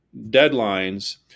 deadlines